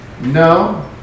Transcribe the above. No